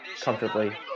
comfortably